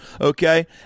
okay